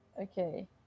Okay